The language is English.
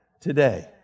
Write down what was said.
today